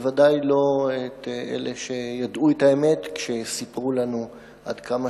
ודאי לא את אלה שידעו את האמת כשסיפרו לנו עד כמה